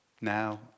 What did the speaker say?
now